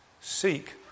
seek